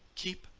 keep,